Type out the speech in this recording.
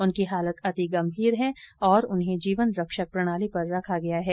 उनकी हालत अति गंभीर है और उन्हें जीवन रक्षक प्रणाली पर रखा गया है